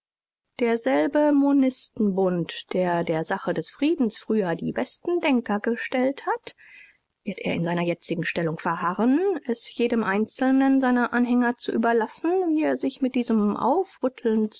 derselbe mb der der sache des friedens früher die besten denker gestellt hat wird er in seiner jetzigen stellung verharren es jedem einzelnen seiner anhänger zu überlassen wie er sich mit diesem